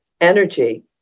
energy